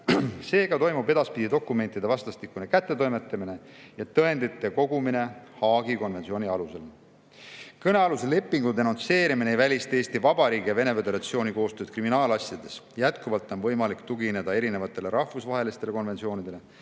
Seega toimub edaspidi dokumentide vastastikune kättetoimetamine ja tõendite kogumine Haagi konventsiooni alusel. Kõnealuse lepingu denonsseerimine ei välista Eesti Vabariigi ja Venemaa Föderatsiooni koostööd kriminaalasjades. Jätkuvalt on võimalik tugineda erinevatele rahvusvahelistele konventsioonidele,